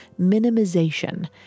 minimization